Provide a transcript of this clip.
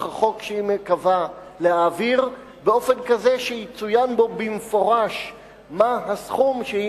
החוק שהיא מקווה להעביר באופן כזה שיצוין בו במפורש מה הסכום שהיא